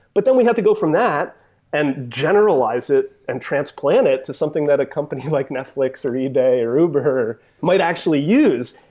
but then we have to go from that and generalize it and transplant it to something that a company like netflix or ebay or uber might actually use,